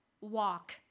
walk